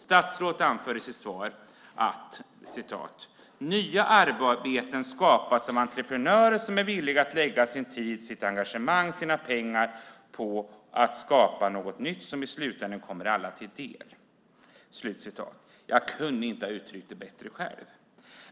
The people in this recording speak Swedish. Statsrådet anför i sitt svar att "nya arbeten skapas av entreprenörer som är villiga att lägga sin tid, sitt engagemang och sina pengar på att skapa något nytt som i slutändan kommer alla till del". Jag kunde inte ha uttryckt det bättre själv.